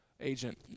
agent